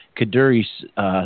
Kaduri's